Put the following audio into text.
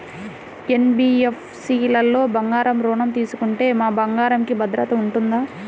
NBFC లలో బంగారు ఋణం తీసుకుంటే మా బంగారంకి భద్రత ఉంటుందా?